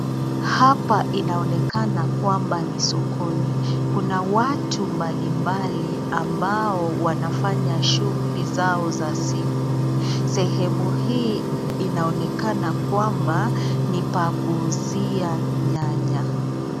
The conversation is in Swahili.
Hapa inaonekana kwamba ni sokoni. Kuna watu mbalimbali ambao wanafanya shughuli zao za siku. Sehemu hii inaonekana kwamba ni pa kuuzia nyanya.